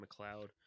McLeod